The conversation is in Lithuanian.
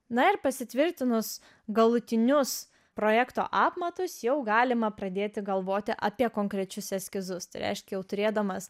na ir pasitvirtinus galutinius projekto apmatus jau galima pradėti galvoti apie konkrečius eskizus tai reiškia jau turėdamas